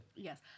Yes